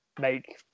make